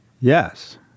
Yes